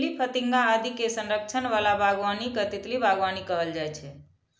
तितली, फतिंगा आदि के संरक्षण बला बागबानी कें तितली बागबानी कहल जाइ छै